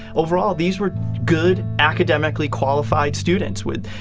overall, these were good, academically qualified students with,